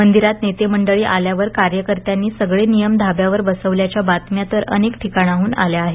मंदिरात नेतेमंडळी आल्यावर कार्यकर्त्यांनी सगळे नियम धाब्यावर बसवल्याच्या बातम्या तर अनेक ठिकाणाडून आल्या आहेत